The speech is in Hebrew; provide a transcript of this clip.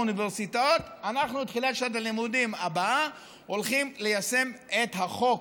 האוניברסיטאות: אנחנו בתחילת שנת הלימודים הבאה הולכים ליישם את החוק,